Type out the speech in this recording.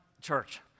church